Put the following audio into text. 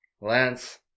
Lance